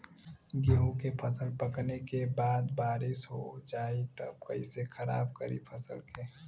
गेहूँ के फसल पकने के बाद बारिश हो जाई त कइसे खराब करी फसल के?